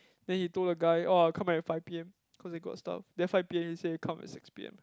then he told the guy orh I'll come at five p_m cause I got stuff then five p_m he say come at six p_m